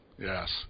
Yes